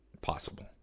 Possible